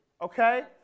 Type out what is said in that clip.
Okay